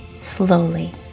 slowly